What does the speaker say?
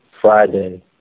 Friday